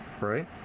Right